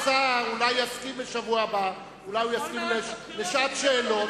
שר האוצר אולי יסכים בשבוע הבא לשעת שאלות,